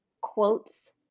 quotes